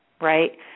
right